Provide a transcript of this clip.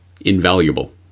invaluable